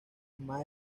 más